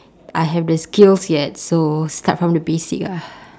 I have the skills yet so start from the basic ah